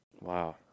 Wow